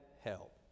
help